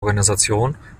organisation